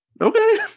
Okay